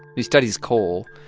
he studies coal,